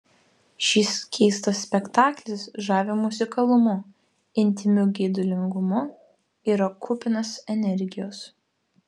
šis keistas spektaklis žavi muzikalumu intymiu geidulingumu yra kupinas energijos